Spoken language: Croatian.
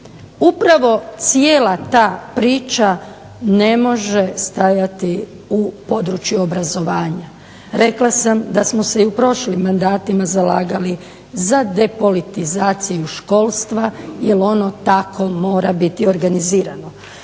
Upravo cijela ta priča ne može stajati u području obrazovanja. Rekla sam da smo se i u prošlim mandatima zalagali za depolitizaciju školstva jer ono tako mora biti organizirano.